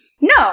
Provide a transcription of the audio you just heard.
No